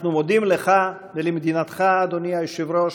אנחנו מודים לך ולמדינתך, אדוני היושב-ראש,